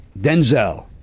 Denzel